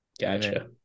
Gotcha